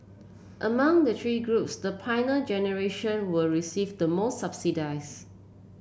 among the three groups the Pioneer Generation were receive the more subsidies